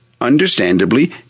understandably